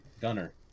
Gunner